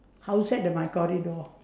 house at the my corridor